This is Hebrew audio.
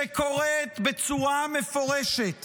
שקוראת בצורה מפורשת